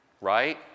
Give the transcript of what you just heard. right